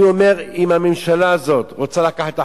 אני אומר, אם הממשלה הזאת רוצה לקחת אחריות,